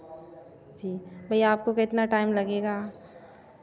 जी भैया आपको कितना टाइम लगेगा